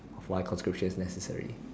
of why conscription is necessary